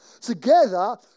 Together